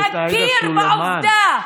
תכיר בעובדה.